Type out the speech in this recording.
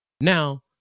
Now